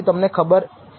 501 505 છે